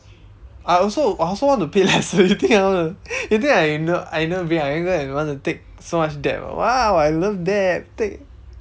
I also I also want to pay lesser you think I wanna you think I n~ I never pay ah I only go and want to take so much debt ah !wow! I love debt take